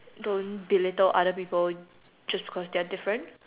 don't belittle other people just because they are different